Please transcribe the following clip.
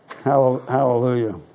Hallelujah